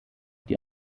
die